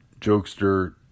jokester